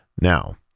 Now